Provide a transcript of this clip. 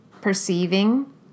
perceiving